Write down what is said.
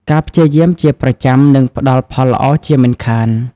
ការព្យាយាមជាប្រចាំនឹងផ្តល់ផលល្អជាមិនខាន។